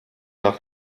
nach